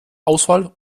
auswahl